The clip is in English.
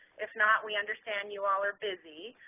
if not, we understand you all are busy.